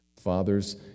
fathers